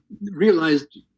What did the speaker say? realized